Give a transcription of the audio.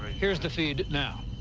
here's the feed now.